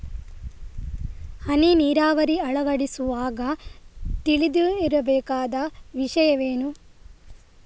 ಹನಿ ನೀರಾವರಿ ಅಳವಡಿಸುವಾಗ ತಿಳಿದಿರಬೇಕಾದ ವಿಷಯವೇನು?